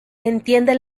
entiende